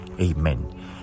Amen